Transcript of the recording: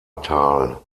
tal